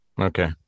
Okay